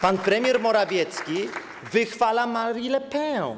Pan premier Morawiecki wychwala Marine Le Pen.